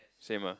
same ah